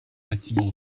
bâtiments